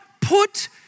put